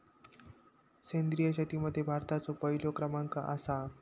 सेंद्रिय शेतीमध्ये भारताचो पहिलो क्रमांक आसा